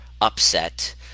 upset